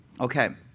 Okay